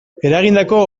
eragindako